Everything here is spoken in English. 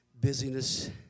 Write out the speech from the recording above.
busyness